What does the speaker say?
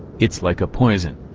it's like a poison.